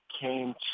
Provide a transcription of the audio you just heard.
came